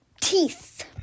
teeth